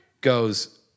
goes